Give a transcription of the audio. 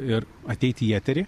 ir ateiti į eterį